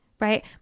right